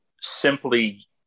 simply